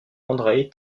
andreï